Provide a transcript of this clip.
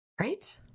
right